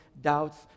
doubts